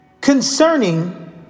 concerning